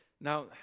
Now